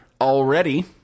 already